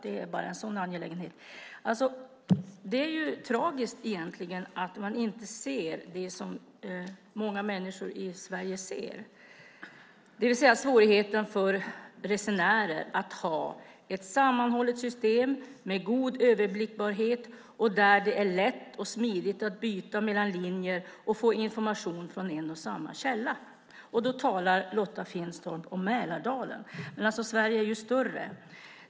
Det är egentligen tragiskt att man inte ser det som många människor i Sverige ser, det vill säga svårigheten för resenärer att ha ett sammanhållet system med god överblickbarhet och där det är lätt och smidigt att byta mellan linjer och få information från en och samma källa. Då talar Lotta Finstorp om Mälardalen, men Sverige är ju större.